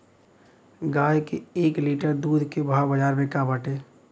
गाय के एक लीटर दूध के भाव बाजार में का बाटे?